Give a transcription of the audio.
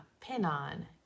Pinon